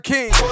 King